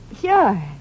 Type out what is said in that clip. Sure